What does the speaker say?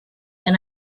and